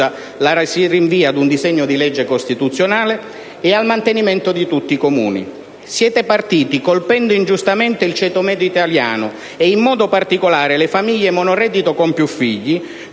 si rinvia ad un disegno di legge costituzionale) e al mantenimento di tutti i Comuni. Siete partiti colpendo ingiustamente il ceto medio italiano (e in modo particolare le famiglie monoreddito con più figli)